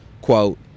Quote